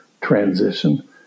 transition